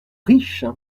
riche